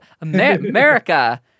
America